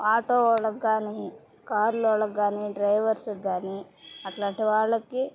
auto వాళ్ళకి కానీ car వాళ్ళకి కానీ డ్రైవర్స్ కానీ అట్లాంటి వాళ్ళకి